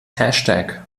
hashtag